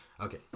Okay